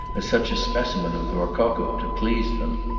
as such a specimen of the rococo, to please them.